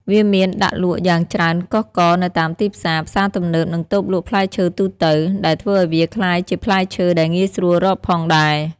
វាមានដាក់លក់យ៉ាងច្រើនកុះករនៅតាមទីផ្សារ ផ្សារទំនើប និងតូបលក់ផ្លែឈើទូទៅ ដែលធ្វើឲ្យវាក្លាយជាផ្លែឈើដែលងាយស្រួលរកផងដែរ។